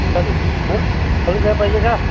चालेल हा अजून काय पाहिजे का